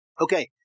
Okay